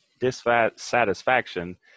dissatisfaction